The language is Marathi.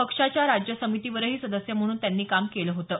पक्षाच्या राज्य समितीवरही सदस्य म्हणून त्यांनी काम केलं होतं